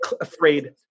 afraid